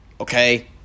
okay